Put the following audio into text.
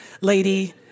lady